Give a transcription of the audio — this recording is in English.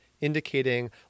indicating